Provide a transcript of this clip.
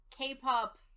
K-pop